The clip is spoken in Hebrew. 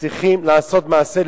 צריכים לעשות מעשה,